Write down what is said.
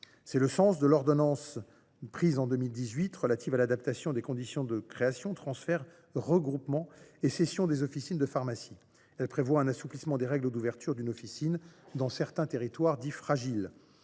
C’est le sens de l’ordonnance de 2018 relative à l’adaptation des conditions de création, transfert, regroupement et cession des officines de pharmacie. Ce texte assouplit les règles d’ouverture d’une officine dans certains territoires dits fragiles.